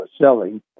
selling